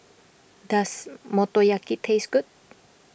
does Motoyaki taste good